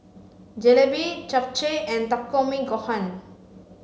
Jalebi Japchae and Takikomi Gohan